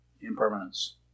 impermanence